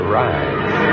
rise